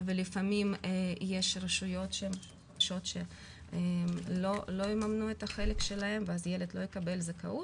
ולפעמים יש רשויות שהם לא יממנו את החלק שלהם ואז ילד לא יקבל זכאות.